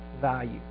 value